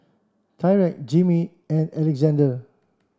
Tyrek Jimmy and Alexandr